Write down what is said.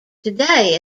today